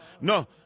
no